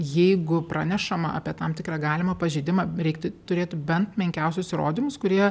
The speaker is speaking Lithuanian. jeigu pranešama apie tam tikrą galimą pažeidimą reikti turėti bent menkiausius įrodymus kurie